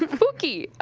but fooky.